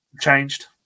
Changed